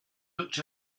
looked